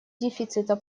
дефицита